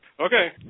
Okay